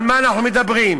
על מה אנחנו מדברים?